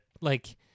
like-